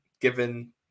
given